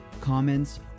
comments